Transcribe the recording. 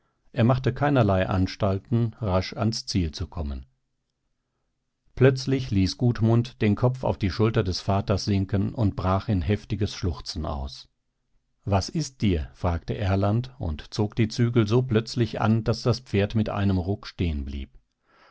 er machte keinerlei anstalten rasch ans ziel zu kommen plötzlich ließ gudmund den kopf auf die schulter des vaters sinken und brach in heftiges schluchzen aus was ist dir fragte erland und zog die zügel so plötzlich an daß das pferd mit einem ruck